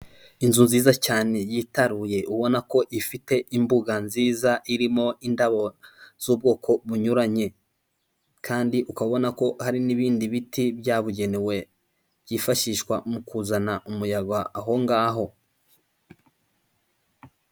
Inzu nziza cyane yitaruye, ubona ko ifite imbuga nziza irimo indabo z'ubwoko bunyuranye. Kandi ukaba ubona ko hari n'ibindi biti byabugenewe, byifashishwa mu kuzana umuyaga aho ngaho.